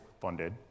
funded